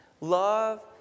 love